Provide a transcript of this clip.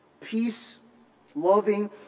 peace-loving